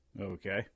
Okay